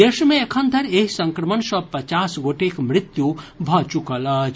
देश मे एखन धरि एहि संक्रमण सँ पचास गोटेक मृत्यु भऽ चुकल अछि